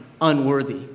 unworthy